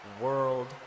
World